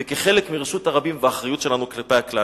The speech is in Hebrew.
וכחלק מרשות הרבים והאחריות שלנו כלפי הכלל.